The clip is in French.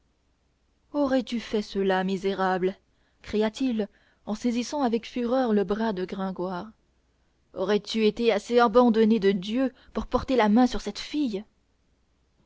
aurais-tu fait cela misérable cria-t-il en saisissant avec fureur le bras de gringoire aurais-tu été assez abandonné de dieu pour porter la main sur cette fille